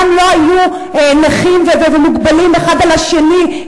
שם לא היו נכים ומוגבלים אחד על השני,